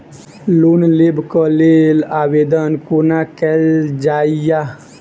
Loan लेबऽ कऽ लेल आवेदन कोना कैल जाइया?